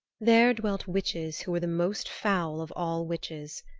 there dwelt witches who were the most foul of all witches.